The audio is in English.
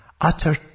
Utter